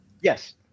Yes